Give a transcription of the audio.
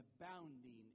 abounding